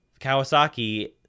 Kawasaki